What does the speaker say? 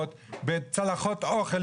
בצלחות אוכל,